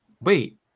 Wait